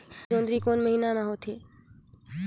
जोंदरी कोन महीना म होथे?